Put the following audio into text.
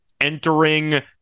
entering